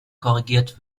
korrigiert